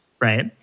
right